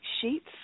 sheets